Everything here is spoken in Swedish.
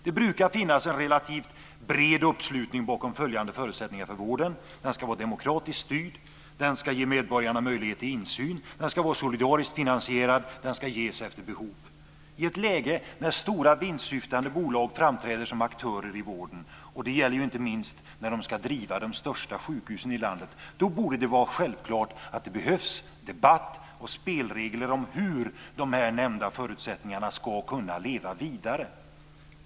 Det brukar finnas en relativt bred uppslutning bakom följande förutsättningar för vården: den ska vara demokratiskt styrd, den ska ge medborgarna möjlighet till insyn, den ska vara solidariskt finansierad och den ska ges efter behov. I ett läge där stora vinstsyftande bolag framträder som aktörer i vården, och det gäller inte minst när de ska driva de största sjukhusen i landet, borde det vara självklart att det behövs debatt och spelregler om hur de nämnda förutsättningarna ska kunna leva vidare.